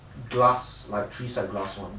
glass like three side glass one